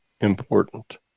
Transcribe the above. important